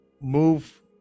move